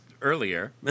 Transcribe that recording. earlier